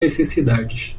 necessidades